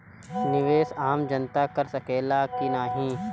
निवेस आम जनता कर सकेला की नाहीं?